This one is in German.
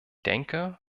denke